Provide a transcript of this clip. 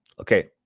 Okay